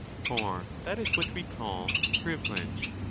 for that is what we call privilege,